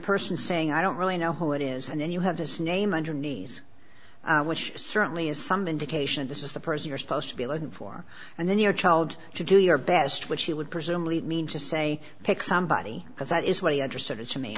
person saying i don't really know who it is and then you have his name underneath which certainly is some indication this is the person you're supposed to be looking for and then your child to do your best which he would presumably mean just say pick somebody because that is what he understood it to me